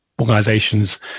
organizations